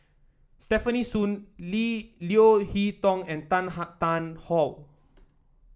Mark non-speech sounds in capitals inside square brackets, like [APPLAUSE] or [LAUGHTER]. Stefanie Soon Lee Leo Hee Tong and Tan [UNINTELLIGIBLE] Tarn How